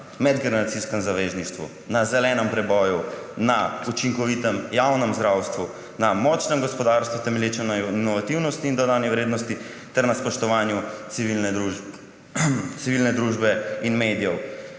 medgeneracijskem zavezništvu, na zelenem preboju, na učinkovitem javnem zdravstvu, na močnem gospodarstvu, temelječem na inovativnosti in dodani vrednosti, ter na spoštovanju civilne družbe in medijev.